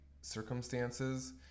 circumstances